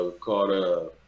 called